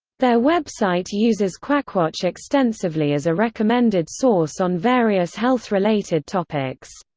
their website uses quackwatch extensively as a recommended source on various health-related topics.